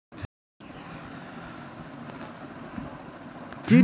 कीटनाशक के उपयोग केना आर कतेक दिन में करब आवश्यक छै?